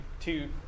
two